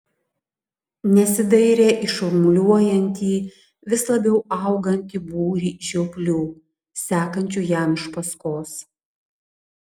nesidairė į šurmuliuojantį vis labiau augantį būrį žioplių sekančių jam iš paskos